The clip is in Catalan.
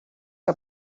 que